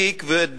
כבוד